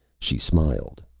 she smiled,